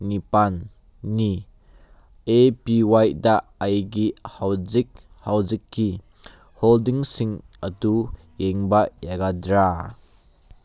ꯅꯤꯄꯥꯜꯅꯤ ꯑꯦ ꯄꯤ ꯋꯥꯏꯗ ꯑꯩꯒꯤ ꯍꯧꯖꯤꯛ ꯍꯧꯖꯤꯛꯀꯤ ꯍꯣꯜꯗꯤꯡꯁꯤꯡ ꯑꯗꯨ ꯌꯦꯡꯕ ꯌꯥꯒꯗ꯭ꯔꯥ